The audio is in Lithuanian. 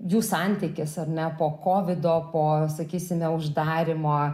jų santykis ar ne po kovido po sakysime uždarymo